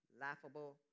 laughable